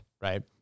right